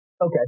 Okay